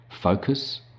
focus